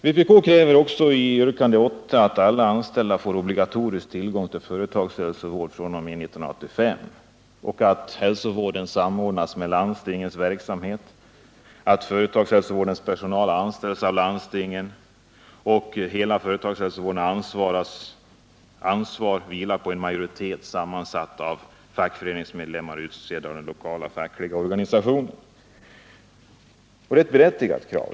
Vpk kräver i yrkandet 8 att alla anställda får obligatorisk tillgång till företagshälsovård fr.o.m. 1985 samt att företagshälsovården samordnas med landstingens verksamhet och att företagshälsovårdens personal anställs via landstingen men ansvarar för en kommitté som till sin majoritet är sammansatt av fackföreningsmedlemmar utsedda av de lokala fackorganisationerna. Det är ett berättigat krav.